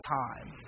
time